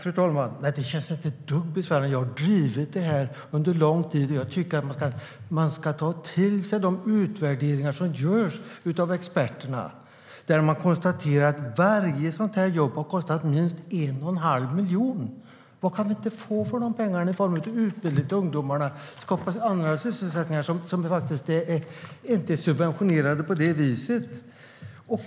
Fru talman! Det känns inte ett dugg besvärande. Jag har drivit detta under lång tid. Jag tycker att man ska ta till sig de utvärderingar som görs av experter. Där konstateras det att varje sådant jobb har kostat minst 1 1⁄2 miljon. Vad kan vi inte få för dessa pengar i form av utbildning till ungdomar för att skapa annan sysselsättning som inte är subventionerad på det sättet?